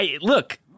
Look